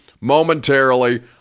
momentarily